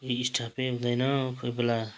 ई स्टाफै हुँदैन कोही बेला